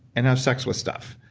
and have sex with stuff.